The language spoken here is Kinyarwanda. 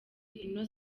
ino